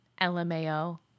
LMAO